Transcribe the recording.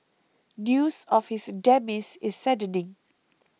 news of his demise is saddening